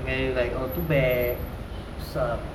then you like oh too bad you suck